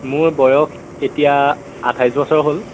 মোৰ বয়স এতিয়া আঠাইছ বছৰ হ'ল